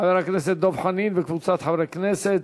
של חבר הכנסת דב חנין וקבוצת חברי הכנסת.